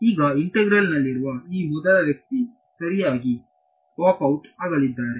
ಈಗ ಇಂತೆಗ್ರಲ್ ನಲ್ಲಿರುವ ಈ ಮೊದಲ ವ್ಯಕ್ತಿ ಸರಿಯಾಗಿ ಪಾಪ್ ಔಟ್ ಆಗಲಿದ್ದಾರೆ